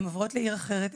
הן עוברות לעיר אחרת,